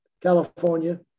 California